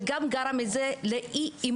זה גרם לאי-אמון.